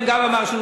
מה עשיתי,